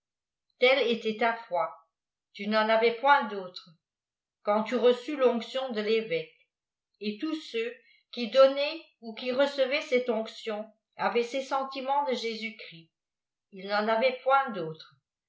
telle était ta foi tu n'en avais point d'autre quand tu reçus l'onction de tévêque et tous ceux qui donnaient ou qui recevaient cette onction avaient ces sentiments de jésus-christ ils n'en avaient point d'autres